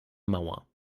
mauer